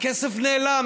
והכסף נעלם.